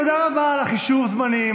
תודה רבה על חישוב הזמנים.